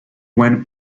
when